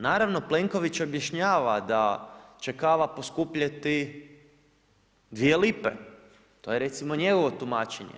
Naravno Plenković objašnjava da će kava poskupjeti 2 lipe, to je recimo njegovo tumačenje.